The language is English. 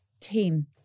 team